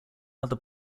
other